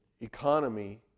economy